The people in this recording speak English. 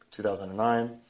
2009